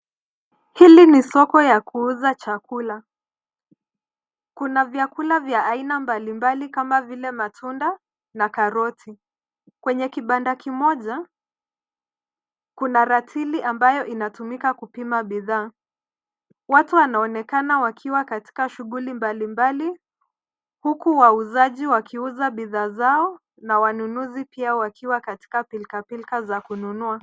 Hili ni soko ya kuuza chakula. Kuna vyakula vya aina mbalimbali kama vile matunda na karoti. Kwenye kibanda kimoja, kuna ratili ambayo inatumika kupima bidhaa. Watu wanaonekana wakiwa katika shughuli mbalimbali, huku wauzaji wakiuza bidhaa zao na wanunuzi pia wakiwa katika pilkapilka za kununua.